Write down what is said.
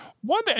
One